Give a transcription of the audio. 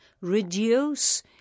reduce